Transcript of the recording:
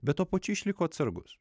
bet tuo pačiu išliko atsargus